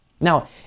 Now